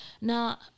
Now